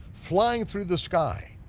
flying through the sky.